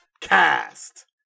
Cast